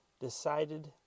decided